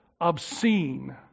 obscene